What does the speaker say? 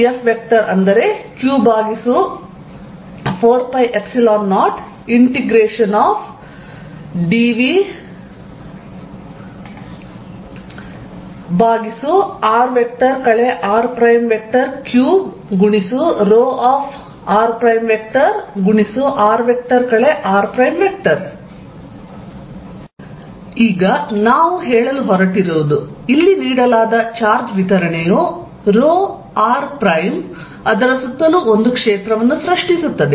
Fq4π0dVr r3ρrr r ನಾವು ಈಗ ಹೇಳಲು ಹೊರಟಿರುವುದು ಇಲ್ಲಿ ನೀಡಲಾದ ಚಾರ್ಜ್ ವಿತರಣೆಯು ರೊ r ಪ್ರೈಮ್ ಅದರ ಸುತ್ತಲೂ ಒಂದು ಕ್ಷೇತ್ರವನ್ನು ಸೃಷ್ಟಿಸುತ್ತದೆ